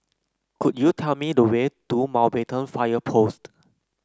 could you tell me the way to Mountbatten Fire Post